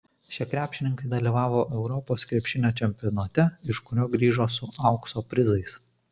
šie krepšininkai dalyvavo europos krepšinio čempionate iš kurio grįžo su aukso prizais